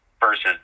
versus